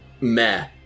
meh